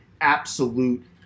absolute